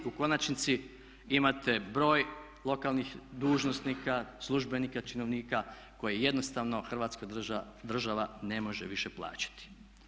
U konačnici imate broj lokalnih dužnosnika, službenika, činovnika koji jednostavno Hrvatska država ne može više plaćati.